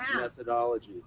methodology